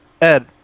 Ed